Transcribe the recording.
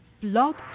Blog